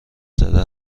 زده